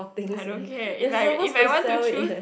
I don't care if I if I want to choose